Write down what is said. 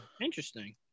Interesting